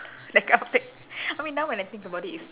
that kind of thing I mean now when I think about it it's